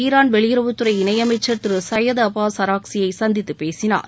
Iran வெளியுறவுத்துறை இணையமைச்சர் Thiru Seyed Abbas அராஹ்சியை சந்தித்துப் பேசினார்